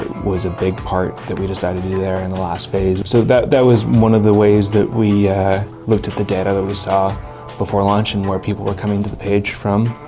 was a big part that we decided to do there in the last phase. so that that was one of the ways that we looked at the data that we saw before launch and where people were coming to the page from.